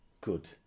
good